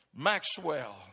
Maxwell